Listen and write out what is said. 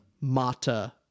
Mata